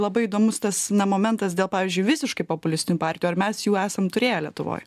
labai įdomus tas na momentas dėl pavyzdžiui visiškai populistinių partijų ar mes jų esam turėję lietuvoj